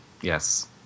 Yes